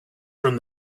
from